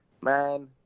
man